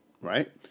Right